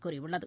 கூறியுள்ளது